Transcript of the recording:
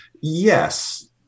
yes